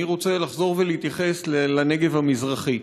אני רוצה לחזור ולהתייחס לנגב המזרחי,